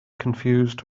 confused